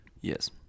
Yes